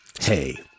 hey